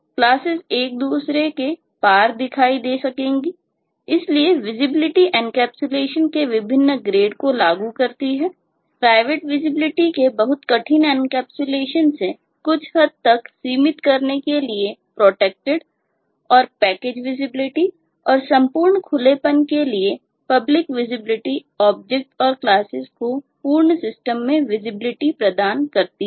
classes objects और classes को पूर्ण सिस्टम में विजिबिलिटी प्रदान करती है